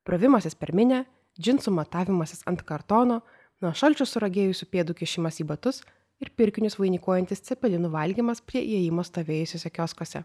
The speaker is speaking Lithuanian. brovimasis per minią džinsų matavimasis ant kartono nuo šalčio suragėjusių pėdų kišimas į batus ir pirkinius vainikuojantis cepelinų valgymas prie įėjimo stovėjusiuose kioskuose